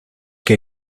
que